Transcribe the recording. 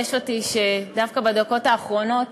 אז מרגש אותי שדווקא בדקות האחרונות